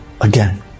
again